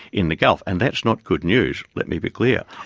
in the gulf. and that's not good news, let me be clear.